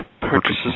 purchases